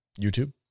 YouTube